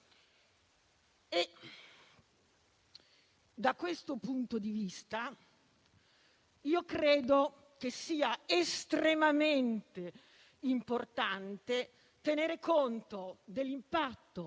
Da questo punto di vista, credo sia estremamente importante tenere conto dell'impatto,